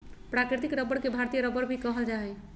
प्राकृतिक रबर के भारतीय रबर भी कहल जा हइ